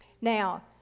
Now